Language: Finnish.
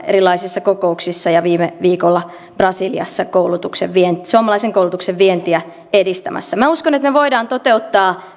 erilaisissa koulutusalan kokouksissa ja viime viikolla brasiliassa suomalaisen koulutuksen vientiä edistämässä minä uskon että me voimme toteuttaa